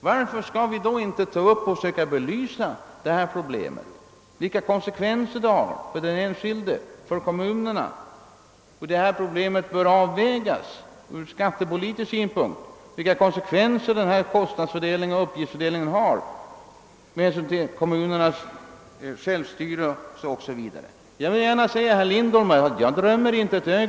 Varför skall vi då inte försöka belysa vilka konsekvenser detta har för den enskilde och för kommunerna? Detta problem bör avvägas ur skattepolitisk synpunkt, ur synpunkten vilka konsekvenser det har för kommunernas självstyrelse O. S. V.